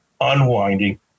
unwinding